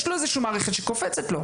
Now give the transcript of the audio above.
יש לו איזו מערכת שקופצת לו.